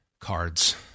cards